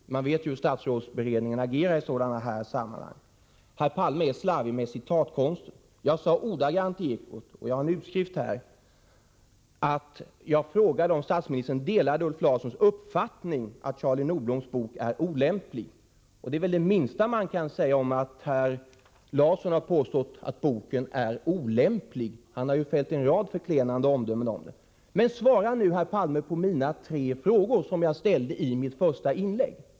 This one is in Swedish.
Vi vet ju hur statsrådsberedningen agerar i sådana här sammanhang. Herr Palme är slarvig med citatkonsten. Enligt den utskrift som jag här har frågade jag i Ekot — ordagrant — om statsministern delade Ulf Larssons uppfattning att Charlie Nordbloms bok är olämplig. Det minsta man kan säga är väl att herr Larsson har påstått att boken är olämplig. Han har ju fällt en rad förklenande omdömen om den. Svara nu herr Palme på mina tre frågor, som jag ställde i mitt första inlägg!